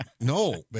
No